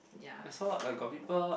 ya